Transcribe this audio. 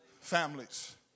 families